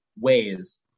ways